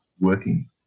working